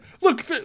Look